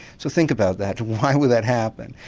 so think about that why would that happen?